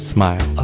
Smile